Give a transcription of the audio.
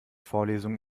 vorlesung